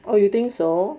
oh you think so